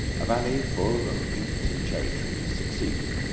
a valley full of wheat and cherry-trees succeeded,